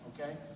okay